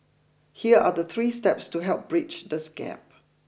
here are the three steps to help bridge this gap